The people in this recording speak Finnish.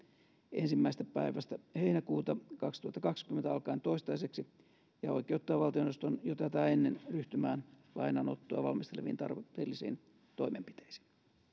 ensimmäisestä päivästä heinäkuuta kaksituhattakaksikymmentä alkaen toistaiseksi ja oikeuttaa valtioneuvoston jo tätä ennen ryhtymään lainanottoa valmisteleviin tarpeellisiin toimenpiteisiin